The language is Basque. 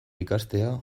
ikastea